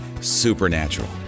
supernatural